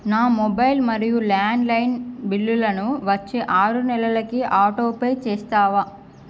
నా మొబైల్ మరియు ల్యాండ్లైన్ బిల్లులను వచ్చే ఆరు నెలలకి ఆటోపే చేస్తావా